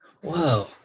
Whoa